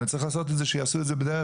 אני צריך לעשות את זה שיעשו את זה בדרך